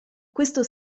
questo